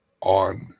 on